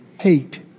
hate